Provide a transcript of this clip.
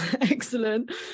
excellent